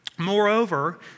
Moreover